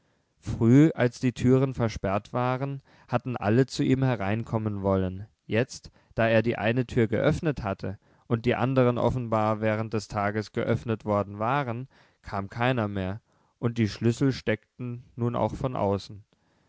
früh als die türen versperrt waren hatten alle zu ihm hereinkommen wollen jetzt da er die eine tür geöffnet hatte und die anderen offenbar während des tages geöffnet worden waren kam keiner mehr und die schlüssel steckten nun auch von außen